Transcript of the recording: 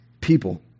people